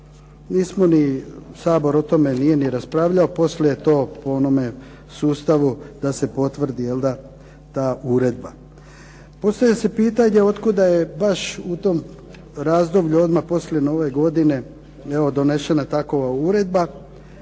Nismo ni Sabor o tome nije ni raspravljao, poslije to po onome sustavu da se potvrdi ta uredba. Postavlja se pitanje zašto je baš u tom razdoblju odmah poslije nove godine donesena takva uredba,